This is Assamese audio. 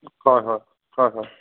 হয় হয় হয় হয়